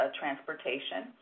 transportation